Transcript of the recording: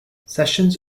sessions